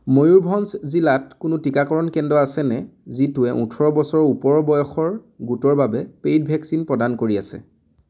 ময়ুৰভঞ্জ জিলাত কোনো টীকাকৰণ কেন্দ্ৰ আছেনে যিটোৱে ওঠৰ বছৰ ওপৰ বয়সৰ গোটৰ বাবে পেইড ভেকচিন প্ৰদান কৰি আছে